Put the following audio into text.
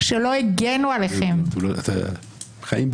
לדעת מה ההשלכות המדויקות של מה שאנחנו